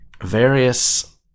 various